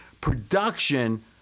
production